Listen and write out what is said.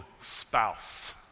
spouse